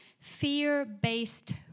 Fear-based